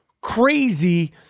crazy